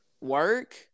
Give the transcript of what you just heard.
work